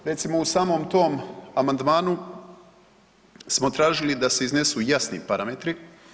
Recimo u samom tom amandmanu smo tražili da se iznesu jasni parametri.